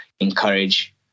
encourage